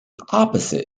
opposite